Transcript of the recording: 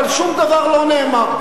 אבל שום דבר לא נאמר.